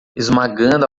esmagando